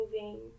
moving